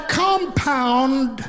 compound